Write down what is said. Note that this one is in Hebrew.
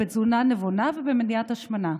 בתזונה נבונה ובמניעת השמנה.